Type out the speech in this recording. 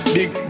Big